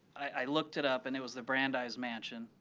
i looked it up and it was the brandeis mansion.